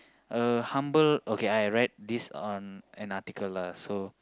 a humble okay I write this on an article lah so